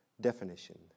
definition